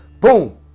Boom